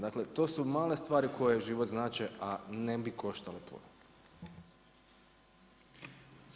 Dakle to su male stvari koje život znače a ne bi koštale puno.